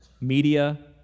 media